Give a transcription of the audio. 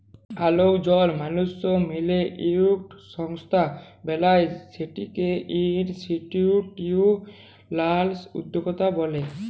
অলেক জল মালুস মিলে ইকট সংস্থা বেলায় সেটকে ইনিসটিটিউসলাল উদ্যকতা ব্যলে